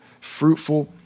fruitful